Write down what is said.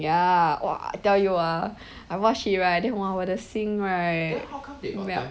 ya !wah! I tell you ah I watch it right I then !wah! 我的心 right melt